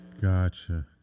gotcha